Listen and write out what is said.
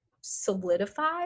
solidified